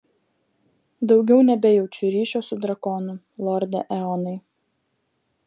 daugiau nebejaučiu ryšio su drakonu lorde eonai